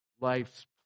life's